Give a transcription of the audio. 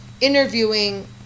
interviewing